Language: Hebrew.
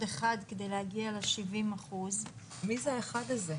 אחד כדי להגיע ל-70% --- מי זה האחד הזה?